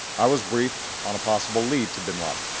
i was briefed on a possible lead to bin laden.